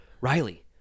Riley